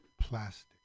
Plastic